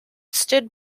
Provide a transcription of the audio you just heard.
stood